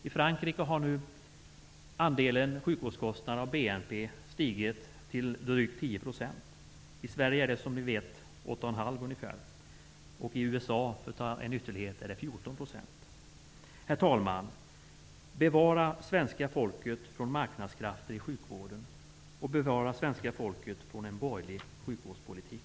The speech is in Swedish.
I Frankrike har nu sjukvårdkostnadernas andel av BNP stigit till drygt 10 %. I Sverige ligger den som vi vet på ungefär 8,5 %, och i USA -- för att ta en ytterlighet -- ligger den på 14 %. Herr talman! Bevara svenska folket från marknadskrafter i sjukvården, och bevara svenska folket från en borgerlig sjukvårdspolitik!